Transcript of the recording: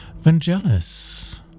Vangelis